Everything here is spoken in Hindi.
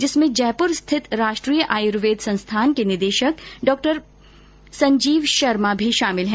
जिसमें जयपुर स्थित राष्ट्रीय आयर्वेद संस्थान के निदेशक प्रो संजीव शर्मा भी शामिल है